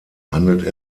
handelt